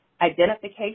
identification